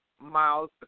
miles